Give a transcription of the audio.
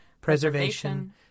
preservation